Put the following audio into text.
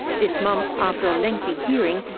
this month, after a lengthy hearing,